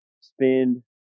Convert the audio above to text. spend